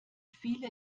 viele